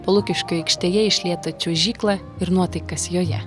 po lukiškių aikštėje išlietą čiuožyklą ir nuotaikas joje